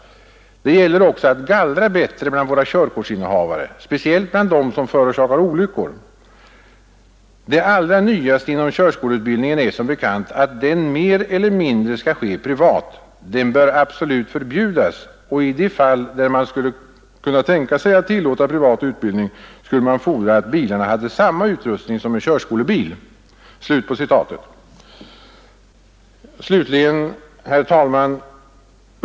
Det gäller också att gallra bättre bland våra körkortsinnehavare. Speciellt bland dem som förorsakar olyckor. Det allra nyaste inom körskoleutbildningen är som bekant, att den mer eller mindre skall ske privat. Det bör absolut förbjudas, och i de fall där man skulle kunna tänka sig att tillåta privat utbildning, skulle man fordra att bilarna hade samma utrustning som en körskolebil.” Slutligen, herr talman!